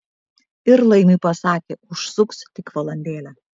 ir laimiui pasakė užsuks tik valandėlę